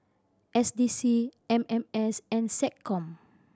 S D C M M S and SecCom